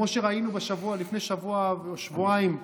כפי שראינו לפני שבוע-שבועיים,